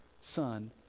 Son